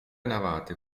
navate